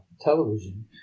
television